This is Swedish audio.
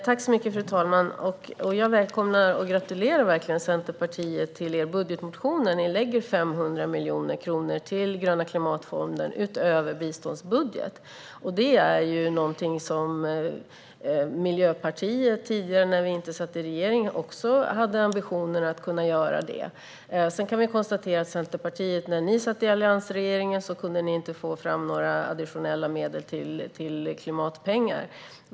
Fru talman! Jag gratulerar verkligen Centerpartiet till er budgetmotion där ni lägger 500 miljoner kronor till den gröna klimatfonden utöver biståndsbudgeten. Det var något som Miljöpartiet tidigare, när vi inte satt i regering, också hade ambitionen att kunna göra. Sedan kan jag konstatera att när ni i Centerpartiet satt i alliansregeringen kunde ni inte få fram några additionella medel till klimatpengar.